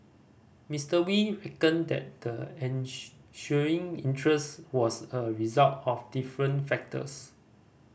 Mister Wee reckoned that the ensuing interest was a result of different factors